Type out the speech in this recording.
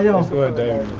yeah so are they are